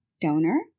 donor